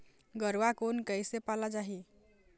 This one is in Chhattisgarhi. गरवा कोन कइसे पाला जाही?